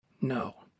No